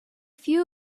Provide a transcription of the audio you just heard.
few